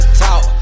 talk